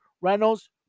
Reynolds